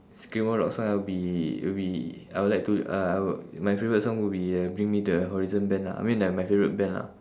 screamo rock song I will be will be I will like to uh I would my favourite song would be uh bring me the horizon band lah I mean they're my favourite band lah